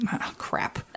crap